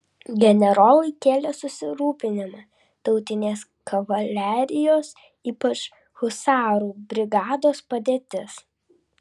generolui kėlė susirūpinimą tautinės kavalerijos ypač husarų brigados padėtis